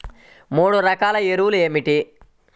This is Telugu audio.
మూడు రకాల ఎరువులు ఏమిటి?